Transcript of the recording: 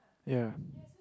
ya